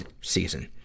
season